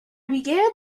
began